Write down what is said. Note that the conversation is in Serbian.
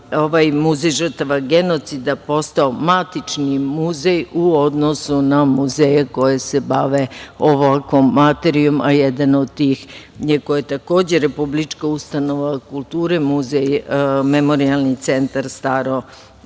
Muzej žrtava genocida postao matični muzej u odnosu na muzeje koji se bave ovom materijom, a jedan od tih, koji je takođe republička ustanova kulture, muzej Memorijalni centar „Staro